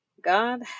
God